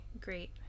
great